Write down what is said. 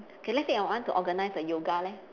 okay let's say I want to organise a yoga leh